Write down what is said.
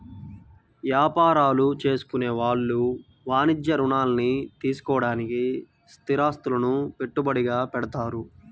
యాపారాలు చేసుకునే వాళ్ళు వాణిజ్య రుణాల్ని తీసుకోడానికి స్థిరాస్తులను పెట్టుబడిగా పెడతారు